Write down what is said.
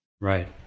right